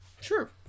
Sure